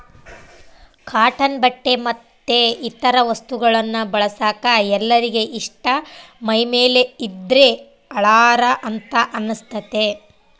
cotton ಬಟ್ಟೆ ಮತ್ತೆ ಇತರ ವಸ್ತುಗಳನ್ನ ಬಳಸಕ ಎಲ್ಲರಿಗೆ ಇಷ್ಟ ಮೈಮೇಲೆ ಇದ್ದ್ರೆ ಹಳಾರ ಅಂತ ಅನಸ್ತತೆ